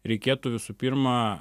reikėtų visų pirma